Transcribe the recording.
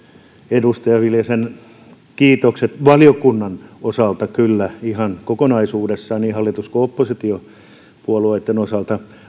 edustaja viljasen kiitokset valiokunnan osalta kyllä ihan kokonaisuudessaan avoimesti ja kiitollisena vastaan niin hallitus kuin oppositiopuolueitten osalta